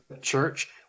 Church